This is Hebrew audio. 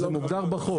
זה מוגדר בחוק.